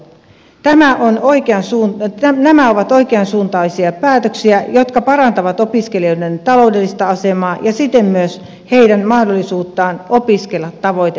tämä on oikea suunta ja nämä ovat oikeansuuntaisia päätöksiä jotka parantavat opiskelijoiden taloudellista asemaa ja siten myös heidän mahdollisuuttaan opiskella tavoiteajassa